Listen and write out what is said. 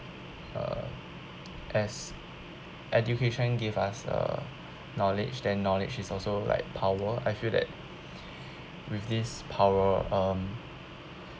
uh as education gave us uh knowledge then knowledge is also like power I feel that with this power um